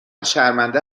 شرمنده